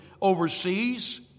overseas